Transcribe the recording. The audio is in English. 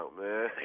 man